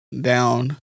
down